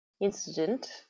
incident